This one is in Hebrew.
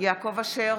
יעקב אשר,